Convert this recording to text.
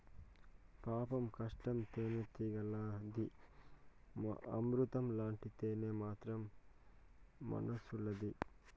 పాపం కష్టం తేనెటీగలది, అమృతం లాంటి తేనె మాత్రం మనుసులది